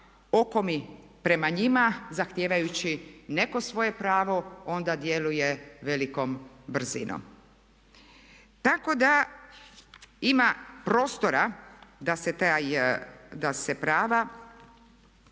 okomi prema njima zahtijevajući neko svoje pravo onda djeluje velikom brzinom. Tako da ima prostora da se prava